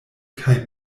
kaj